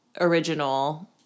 original